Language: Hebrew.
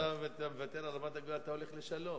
אתה מוותר על רמת-הגולן ואתה הולך לשלום.